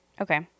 Okay